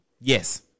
yes